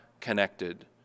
connected